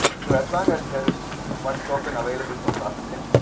so as long as there is one token available for processingthis